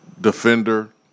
defender